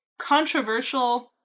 controversial